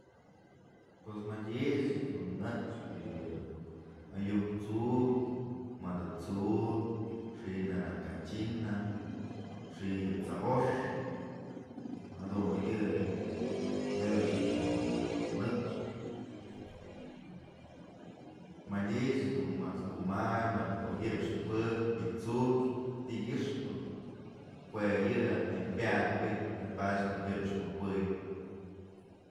Pued madyë ëch dun jëxpë yë ayu'ujkë tsu'ukyë, mëdë tsu'ukyë, xi'i naranja china, xi'i yë t'sbox, jadun yë, yë ëch dun jëxpë madyë ëch mas kumabyë mad du oy jëxnë juëb yë tsu'ukyë, tykyëxpë jue yë jantëm pyak jabik padyë oy jëxnë juey.